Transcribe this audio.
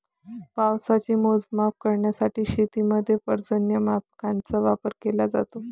पावसाचे मोजमाप करण्यासाठी शेतीमध्ये पर्जन्यमापकांचा वापर केला जातो